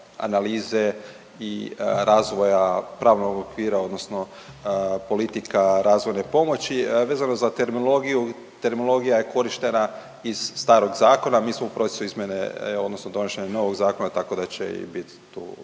analize i razvoja pravnog okvira, odnosno politika razvojne pomoći. Vezano za terminologiju, terminologija je korištena iz starog zakona. Mi smo u procesu izmjene, odnosno donošenja novog zakona tako da će i bit tu